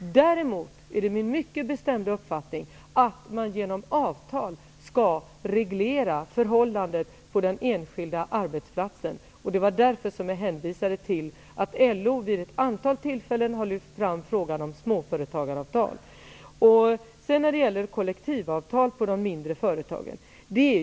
Däremot är det min mycket bestämda uppfattning att man genom avtal skall reglera förhållandet på den enskilda arbetsplatsen. Det var därför jag hänvisade till att LO vid ett antal tillfällen har lyft fram frågan om småföretagaravtal. När det gäller kollektivavtal på de mindre företagen vill jag säga följande.